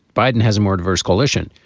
biden has a more diverse coalition.